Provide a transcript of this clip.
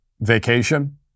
vacation